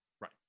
right